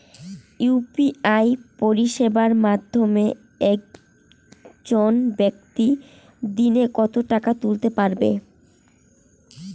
UPI পরিষেবার মাধ্যমে একজন ব্যাক্তি দিনে কত টাকা তুলতে পারবে?